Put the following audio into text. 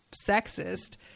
sexist